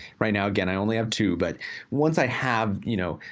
right now, again, i only have two. but once i have, you know,